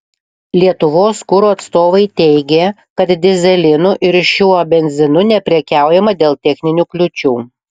lietuvos kuro atstovai teigė kad dyzelinu ir šiuo benzinu neprekiaujama dėl techninių kliūčių